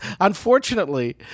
Unfortunately